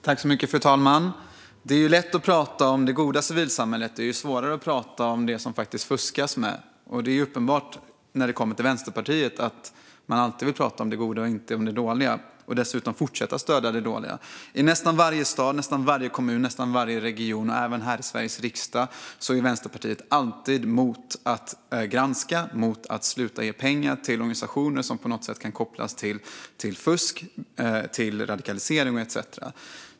Fru talman! Det är lätt att prata om det goda civilsamhället. Det är svårare att prata om det som det faktiskt fuskas med. Det är uppenbart när det kommer till Vänsterpartiet att man alltid vill prata om det goda och inte om det dåliga och dessutom att man vill fortsätta stödja det dåliga. I nästan varje stad, nästan varje kommun, nästan varje region och även här i Sveriges riksdag är Vänsterpartiet alltid mot att man ska granska och mot att man ska sluta ge pengar till organisationer som på något sätt kan kopplas till fusk, radikalisering etcetera.